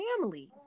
families